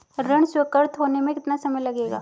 ऋण स्वीकृत होने में कितना समय लगेगा?